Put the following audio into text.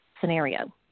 scenario